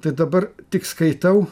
tai dabar tik skaitau